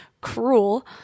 cruel